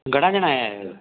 घणा ॼणा आया आहियो